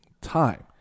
time